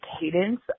cadence